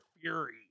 fury